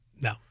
No